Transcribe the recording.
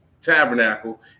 tabernacle